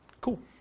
Cool